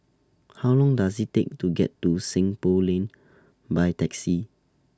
How Long Does IT Take to get to Seng Poh Lane By Taxi